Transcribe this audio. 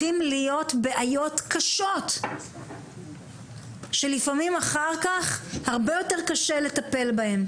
והבעיות מחמירות ולפעמים אחר כך הרבה יותר קשה לטפל בהם.